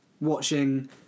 watching